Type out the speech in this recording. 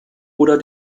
oder